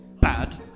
bad